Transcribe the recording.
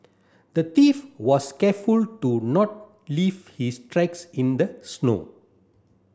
the thief was careful to not leave his tracks in the snow